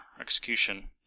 execution